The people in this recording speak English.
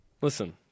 listen